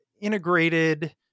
integrated